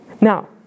Now